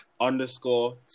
underscore